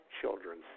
children